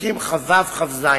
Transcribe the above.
פסוקים כ"ו כ"ז,